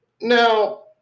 Now